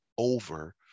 over